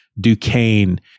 Duquesne